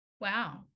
Wow